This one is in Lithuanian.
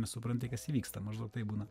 nesupranti kas vyksta maždaug taip būna